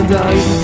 die